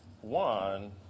one